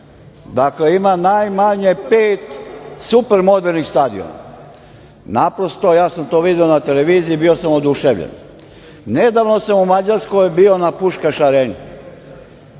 Rusiji ima najmanje pet super modernih stadiona. Naprosto, ja sam to video na televiziji i bio sam oduševljen. Nedavno sam u Mađarskoj bio na Puškaš areni.